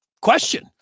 question